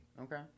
Okay